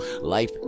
Life